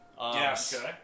Yes